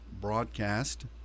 broadcast